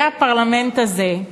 הפרלמנט הזה,